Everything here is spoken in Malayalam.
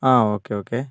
ആ ഓക്കെ ഓക്കെ